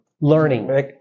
learning